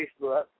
Facebook